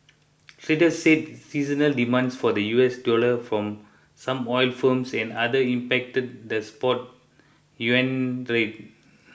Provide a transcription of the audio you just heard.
traders said seasonal demand for the U S dollar from some oil firms and others impacted the spot yuan rate